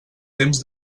temps